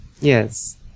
Yes